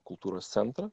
kultūros centrą